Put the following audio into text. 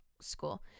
school